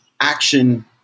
action